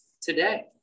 today